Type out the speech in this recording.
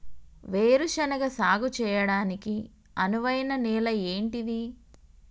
వేరు శనగ సాగు చేయడానికి అనువైన నేల ఏంటిది?